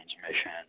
transmission